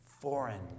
foreign